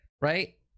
right